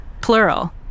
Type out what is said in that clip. Plural